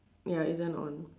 ya isn't on